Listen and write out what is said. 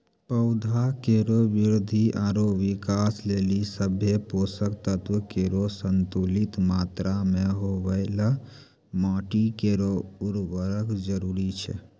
पौधा केरो वृद्धि आरु विकास लेलि सभ्भे पोसक तत्व केरो संतुलित मात्रा म होवय ल माटी केरो उर्वरता जरूरी छै